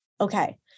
Okay